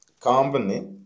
company